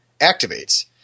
activates